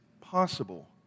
possible